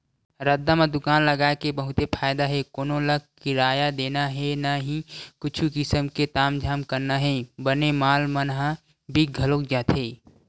रद्दा म दुकान लगाय के बहुते फायदा हे कोनो ल किराया देना हे न ही कुछु किसम के तामझाम करना हे बने माल मन ह बिक घलोक जाथे